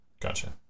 Gotcha